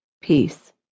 Peace